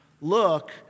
look